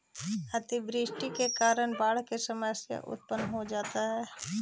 अतिवृष्टि के कारण बाढ़ के समस्या उत्पन्न हो जा हई